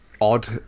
odd